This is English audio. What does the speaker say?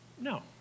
No